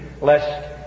lest